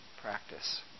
practice